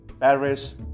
Paris